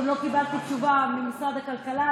עוד לא קיבלתי תשובה ממשרד הכלכלה.